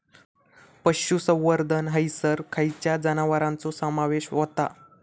पशुसंवर्धन हैसर खैयच्या जनावरांचो समावेश व्हता?